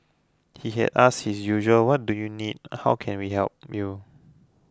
he had asked his usual what do you need how can we help you